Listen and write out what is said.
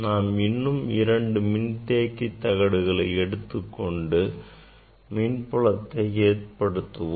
நாம் இப்போது இரண்டு மின்தேக்கி தகடுகளை எடுத்துக்கொண்டு மின்புலத்தை ஏற்படுத்துவோம்